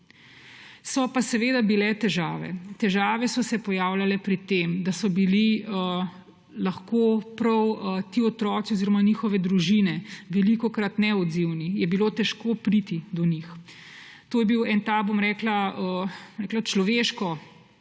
So pa seveda bile težave. Težave so se pojavljale pri tem, da so bili lahko prav ti otroci oziroma njihove družine velikokrat neodzivni, je bilo težko priti do njih. To je bil en človeško